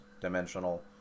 dimensional